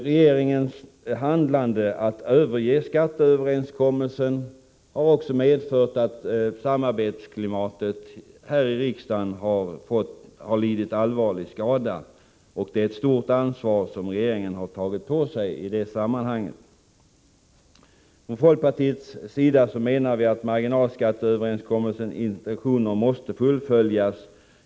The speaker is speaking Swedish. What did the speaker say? Regeringens handlande — att överge skatteöverenskommelsen — har också medfört att samarbetsklimatet här i riksdagen har lidit allvarlig skada. Det är ett stort ansvar som regeringen har tagit på sig i det sammanhanget. Från folkpartiets sida menar vi att marginalskatteöverenskommelsens intentioner måste fullföljas.